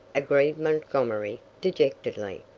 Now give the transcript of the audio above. agreed montgomery, dejectedly.